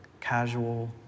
casual